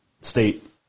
state